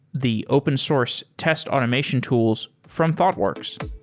the open source test automation tools from thoughtworks.